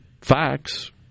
facts